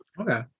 Okay